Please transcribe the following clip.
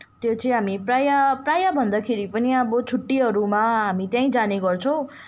त्यो चाहिँ हामी प्राय प्राय भन्दाखेरि पनि अब छुट्टीहरूमा हामी त्यहीँ जाने गर्छौँ